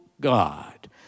God